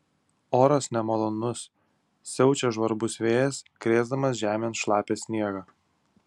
oras nemalonus siaučia žvarbus vėjas krėsdamas žemėn šlapią sniegą